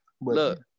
Look